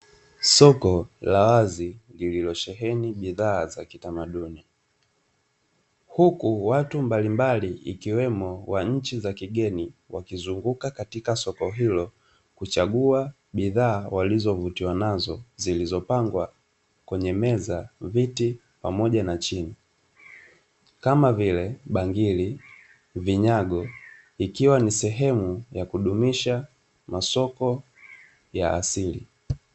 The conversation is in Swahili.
Soko la wazi lililosheheni bidhaa za kitamaduni, huku watu mbalimbali ikiwemo wa nchi za kigeni; wakizunguka katika soko hilo kuchagua bidhaa walizovutiwa nazo zilizopangwa kwenye meza, viti pamoja na chini kama vile: bangili, vinyago, ikiwa ni sehemu ya kudumisha masoko ya asili.